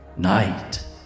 night